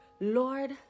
Lord